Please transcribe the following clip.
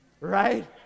right